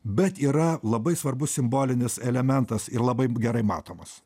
bet yra labai svarbus simbolinis elementas ir labai gerai matomas